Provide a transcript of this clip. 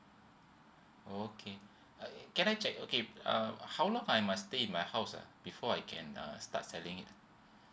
okay uh can I check okay um how long I must stay in my house ah before I can uh start selling it